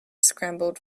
scrambled